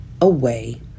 away